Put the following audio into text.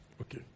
Okay